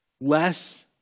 less